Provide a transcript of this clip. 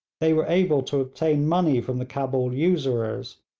they were able to obtain money from the cabul usurers,